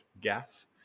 gas